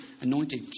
anointed